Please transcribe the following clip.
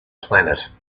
planet